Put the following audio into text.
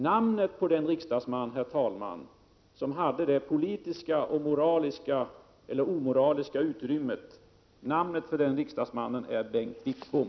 Namnet på den riksdagsman som hade det politiska och omoraliska utrymmet är Bengt Wittbom.